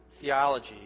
theology